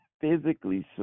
physically